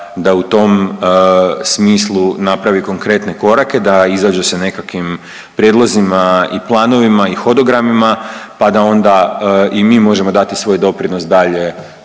da u tom smislu napravi konkretne korake, da izađe sa nekakvim prijedlozima i planovima i hodogramima, pa da onda i mi možemo dati svoj doprinos dalje